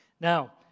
Now